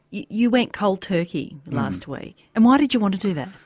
you you went cold turkey last week and why did you want to do that?